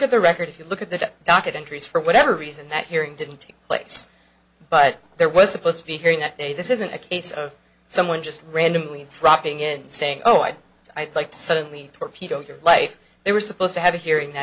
at the record if you look at the docket entries for whatever reason that hearing didn't take place but there was supposed to be hearing that they this isn't a case of someone just randomly dropping in and saying oh i'd like to suddenly torpedo your life they were supposed to have a hearing